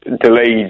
delayed